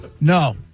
No